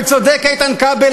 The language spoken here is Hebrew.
וצודק איתן כבל,